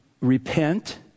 repent